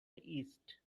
east